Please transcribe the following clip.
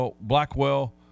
Blackwell